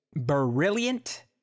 brilliant